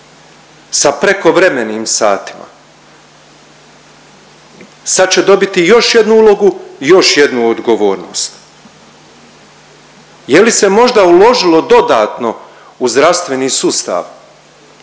sa prekovremenim satima. Sad će dobiti još jednu ulogu, još jednu odgovornost. Je li se možda uložilo dodatno u zdravstveni sustav